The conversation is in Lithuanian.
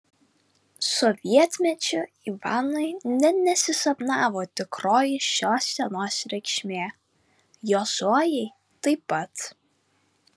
sovietmečiu ivanui net nesisapnavo tikroji šios dienos reikšmė jo zojai taip pat